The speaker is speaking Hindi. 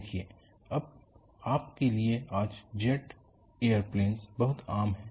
देखिए अब आप के लिए आज जेट एयर प्लेनस बहुत आम हैं